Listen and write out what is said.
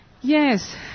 Yes